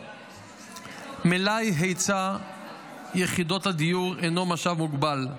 כידוע, מלאי היצע יחידות הדיור הינו משאב מוגבל,